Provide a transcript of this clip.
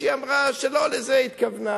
כשהיא אמרה שלא לזה היא התכוונה.